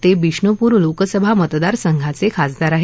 ते बिष्णूपूर लोकसभा मतदार संघाचे खासदार आहेत